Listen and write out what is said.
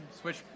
switch